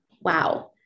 wow